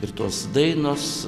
ir tos dainos